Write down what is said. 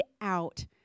out